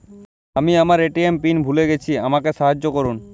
আমি আমার ATM pin ভুলে গেছি আমাকে সাহায্য করুন